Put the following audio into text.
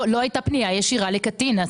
לא הייתה פנייה ישירה לקטין.